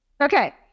okay